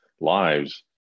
lives